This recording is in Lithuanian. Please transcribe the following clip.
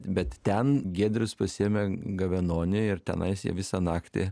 bet ten giedrius pasiėmė gavenonį ir tenais jie visą naktį